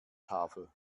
tafel